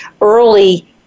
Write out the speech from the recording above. early